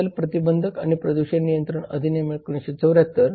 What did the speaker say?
जल प्रतिबंधक आणि प्रदूषण नियंत्रण अधिनियम 1974